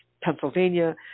Pennsylvania